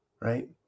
right